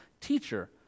Teacher